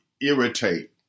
irritate